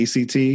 ACT